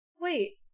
Wait